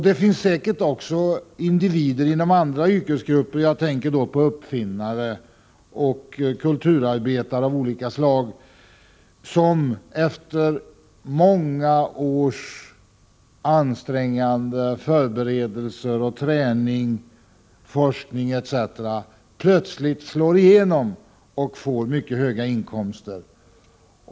Det finns säkert individer också inom andra yrkesgrupper — jag tänker på uppfinnare och kulturarbetare av olika slag — som efter många års ansträngande förberedelser och träning, forskning, etc. plötsligt slår igenom och får mycket höga inkomster.